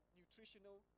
nutritional